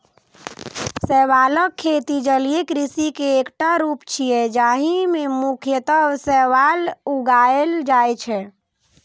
शैवालक खेती जलीय कृषि के एकटा रूप छियै, जाहि मे मुख्यतः शैवाल उगाएल जाइ छै